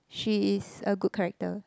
she is a good character